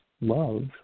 love